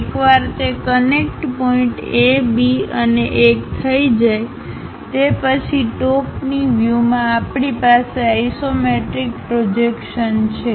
એકવાર તે connect point A B અને 1 થઈ જાય તે પછી ટોપની વ્યૂમાં આપણી પાસે આઇસોમેટ્રિક પ્રોજેક્શન છે